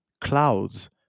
clouds